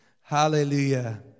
Hallelujah